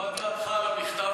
מה דעתך על המכתב,